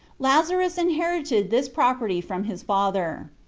lazarus in herited this property from his father.